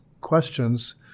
questions